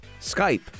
Skype